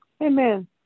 Amen